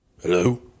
Hello